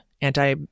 anti-